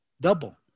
double